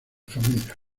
familia